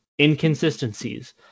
inconsistencies